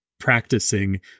practicing